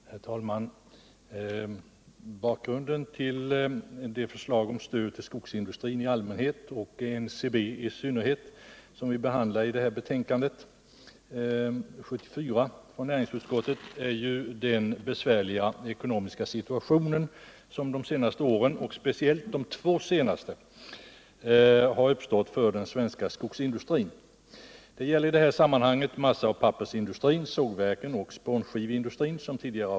Herr talman! Bakgrunden till de förslag om stöd till skogsindustrin i allmänhet och NCB i synnerhet som vi behandlar i betänkandet nr 74 från näringsutskottet är ju den besvärliga ekonomiska situation som de senaste åren — speciellt de två senaste — uppstått för den svenska skogsindustrin. Det gäller, som tidigare påpekats, i det här sammanhanget massaoch pappersindustrin, sågverken och spånskiveindustrin.